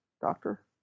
doctor